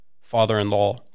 father-in-law